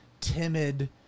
timid